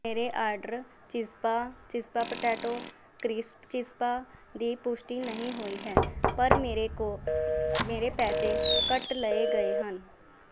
ਮੇਰੇ ਆਰਡਰ ਚਿਸਪਾ ਚਿਸਪਾ ਪਟੈਟੋ ਕਰੀਸਪ ਚਿਸਪਾ ਦੀ ਪੁਸ਼ਟੀ ਨਹੀਂ ਹੋਈ ਹੈ ਪਰ ਮੇਰੇ ਕੋ ਮੇਰੇ ਪੈਸੇ ਕੱਟ ਲਏ ਗਏ ਹਨ